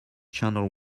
channel